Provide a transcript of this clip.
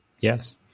yes